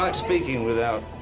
um speaking without,